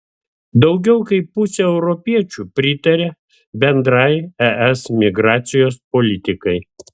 daugiau kaip pusė europiečių pritaria bendrai es migracijos politikai